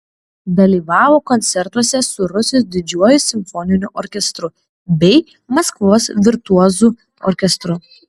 dalyvavo koncertuose su rusijos didžiuoju simfoniniu orkestru bei maskvos virtuozų orkestru